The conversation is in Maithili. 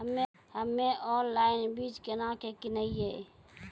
हम्मे ऑनलाइन बीज केना के किनयैय?